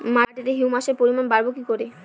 মাটিতে হিউমাসের পরিমাণ বারবো কি করে?